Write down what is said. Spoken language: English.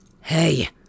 Hey